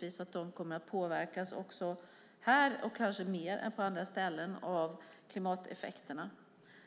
Här kommer påverkan av klimateffekterna kanske att bli större än på andra ställen.